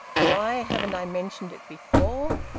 why haven't i mentioned it before?